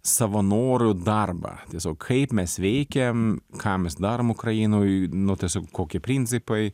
savanorių darbą tiesiog kaip mes veikiame ką mes darom ukrainoj nu tiesiog kokie principai